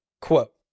quote